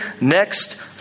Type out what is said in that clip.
next